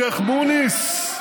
בשייח' מוניס,